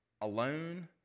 alone